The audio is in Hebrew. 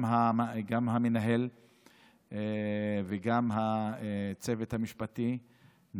גם את המנהל וגם את הצוות המשפטי,